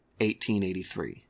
1883